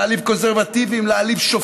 להעליב קונסרבטיבים,